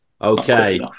Okay